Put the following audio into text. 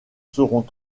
seront